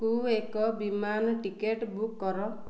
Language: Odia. କୁ ଏକ ବିମାନ ଟିକେଟ୍ ବୁକ୍ କର